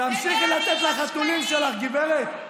תמשיכי לתת לחתולים שלך, גברת.